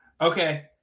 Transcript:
Okay